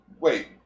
Wait